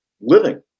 living